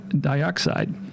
dioxide